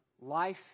life